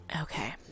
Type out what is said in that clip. Okay